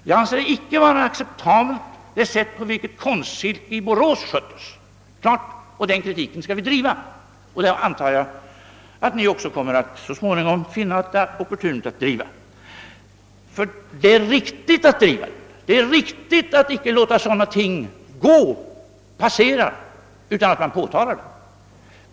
Jag anser icke det sätt vara acceptabelt, på vilket Konstsilke AB i Borås sköttes. Den kritiken skall vi driva, och jag antar att även ni så småningom kommer att finna det opportunt att göra det. Det är riktigt att inte låta sådana ting passera utan att man påtalar dem.